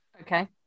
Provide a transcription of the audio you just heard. okay